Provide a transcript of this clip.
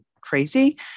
crazy